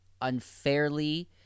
unfairly